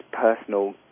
personal